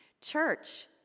Church